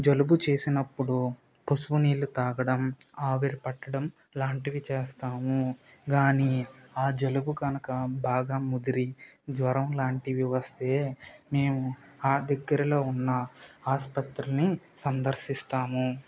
జలుబు చేసినప్పుడు పసుపు నీళ్ళు త్రాగడం ఆవిరి పట్టడం లాంటివి చేస్తాము కానీ ఆ జలుబు కనుక బాగా ముదిరి జ్వరం లాంటివి వస్తే మేము ఆ దగ్గరలో ఉన్న ఆసుపత్రిని సందర్శిస్తాము